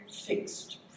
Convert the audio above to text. fixed